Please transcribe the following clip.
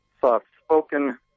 soft-spoken